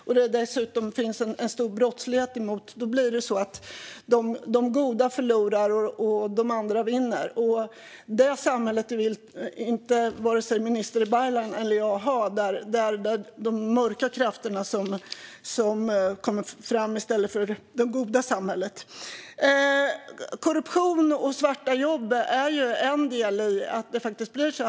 Om det dessutom finns en stor brottslighet blir det så att de goda förlorar och de andra vinner. Det samhället, där de mörka krafterna kommer fram i stället för det goda samhället, vill varken jag eller minister Baylan ha. Korruption och svarta jobb är en del i att det blir så.